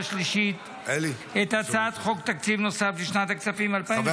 השלישית את הצעת חוק תקציב נוסף לשנת הכספים 2024 (מס' 3),